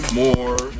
more